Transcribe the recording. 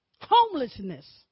Homelessness